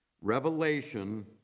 Revelation